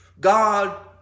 God